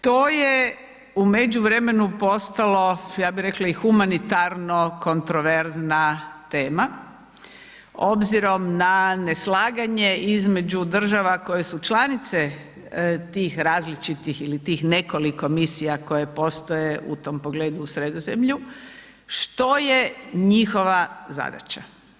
To je u međuvremenu postalo ja bi rekla i humanitarno kontroverzna tema obzirom na neslaganje između država koje su članice tih različitih ili tih nekoliko misija koje postoje u tom pogledu u Sredozemlju što je njihova zadaća.